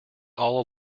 all